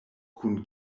kun